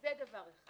זה דבר אחד.